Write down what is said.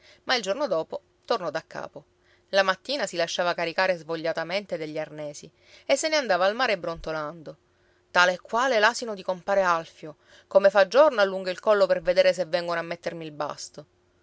ma il giorno dopo tornò da capo la mattina si lasciava caricare svogliatamente degli arnesi e se ne andava al mare brontolando tale e quale l'asino di compare alfio come fa giorno allungo il collo per vedere se vengono a mettermi il basto